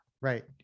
Right